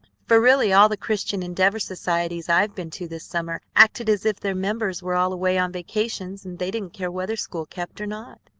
for, really, all the christian endeavor societies i've been to this summer acted as if their members were all away on vacations and they didn't care whether school kept or not.